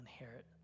inherit